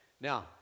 Now